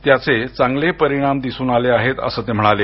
त्याचे चांगले परिणाम दिसून आले आहेत असं ते म्हणाले